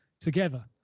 together